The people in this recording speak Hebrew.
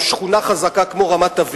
או שאינם שכונה חזקה כמו רמת-אביב,